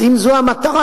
אז אם זו המטרה,